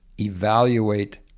evaluate